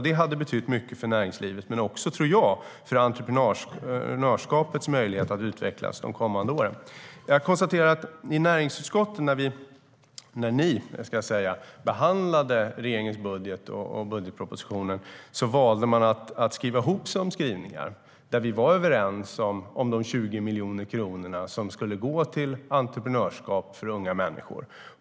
Det hade betytt mycket för näringslivet men också, tror jag, för entreprenörskapets möjlighet att utvecklas de kommande åren. När näringsutskottet behandlade regeringens budgetproposition valde man att skriva ihop sig om skrivningar där man var överens om de 20 miljoner kronor som skulle gå till entreprenörskap för unga människor.